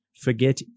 forget